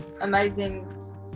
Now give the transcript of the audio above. amazing